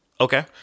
Okay